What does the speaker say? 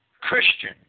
Christian